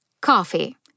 Coffee